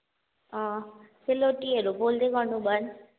अँ सेलरोटीहरू पोल्दै गर्नु भन्